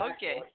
Okay